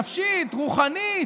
נפשית או רוחנית.